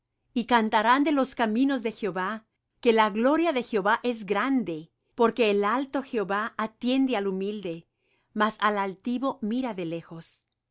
y cantarán de los caminos de jehová que la gloria de jehová es grande porque el alto jehová atiende al humilde mas al altivo mira de lejos